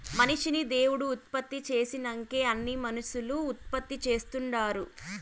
మనిషిని దేవుడు ఉత్పత్తి చేసినంకే అన్నీ మనుసులు ఉత్పత్తి చేస్తుండారు